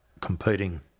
competing